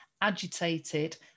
agitated